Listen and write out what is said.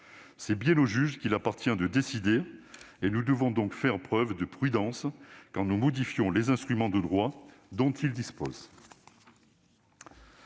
C'est bien au juge qu'il appartient de décider : nous devons donc faire preuve de prudence quand nous modifions les instruments du droit dont il dispose.